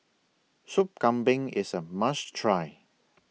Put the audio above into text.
Sup Kambing IS A must Try